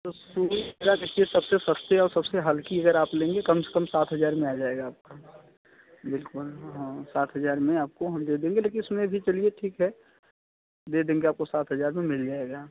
sir सुई करके सबसे सस्ती और सबसे हल्की अगर आप लेंगे तो कम से कम सात हज़ार में आ जाएगा आपका बिल्कुल हाँ सात हज़ार में आपको हम दे देंगे लेकिन उसमें भी चलिए ठीक है दे देंगे आपको सात हज़ार में मिल जाएगा